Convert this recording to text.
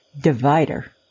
divider